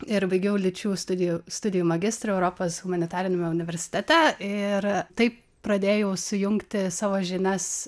ir baigiau lyčių studijų studijų magistrą europos humanitariniame universitete ir taip pradėjau sujungti savo žinias